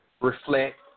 Reflect